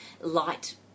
light